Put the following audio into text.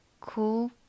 cool